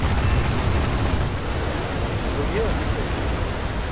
हाँ ओ बोलिए अभी से